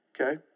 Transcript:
Okay